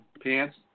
Pants